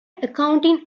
accounting